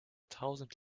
tausend